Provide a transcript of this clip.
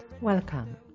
Welcome